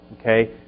okay